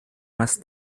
más